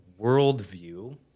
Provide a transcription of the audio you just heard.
worldview